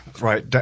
Right